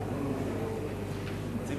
אדוני